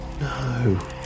No